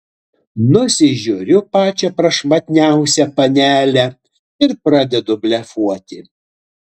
nusižiūriu pačią prašmatniausią panelę ir pradedu blefuoti